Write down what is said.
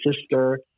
sister